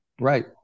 right